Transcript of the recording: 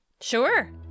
Sure